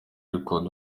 record